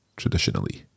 traditionally